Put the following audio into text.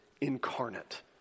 incarnate